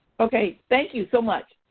okay thank you so much.